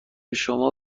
شما